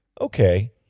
okay